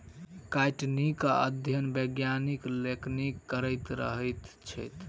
काइटीनक अध्ययन वैज्ञानिक लोकनि करैत रहैत छथि